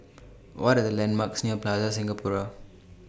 What Are The landmarks near Plaza Singapura